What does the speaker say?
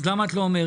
אז למה את לא אומרת?